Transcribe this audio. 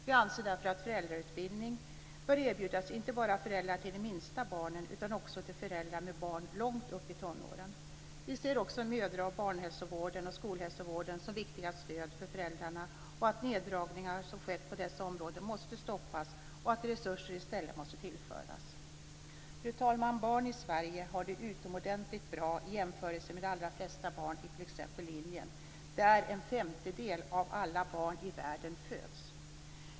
Vi anser därför att föräldrautbildning bör erbjudas inte bara föräldrar till de minsta barnen utan också till föräldrar med barn långt upp i tonåren. Vi ser också mödra och barnhälsovården och skolhälsovården som viktiga stöd för föräldrarna. Och neddragningar som har skett på dessa områden måste stoppas. I stället måste resurser tillföras. Fru talman! Barn i Sverige har det utomordentligt bra i jämförelse med de allra flesta barn i t.ex. Indien, där en femtedel av alla barn i världen föds.